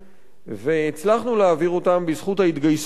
והצלחנו להעביר אותם בזכות ההתגייסות הציבורית